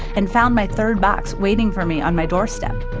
and found my third box waiting for me on my doorstep.